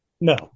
No